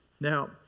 Now